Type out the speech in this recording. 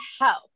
health